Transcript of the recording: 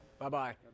bye-bye